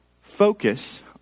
focus